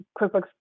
QuickBooks